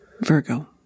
Virgo